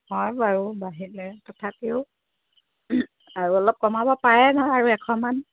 হয় বাৰু বাঢ়িলে তথাপিও আৰু অলপ কমাব পাৰে নহয় আৰু এশমান